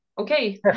Okay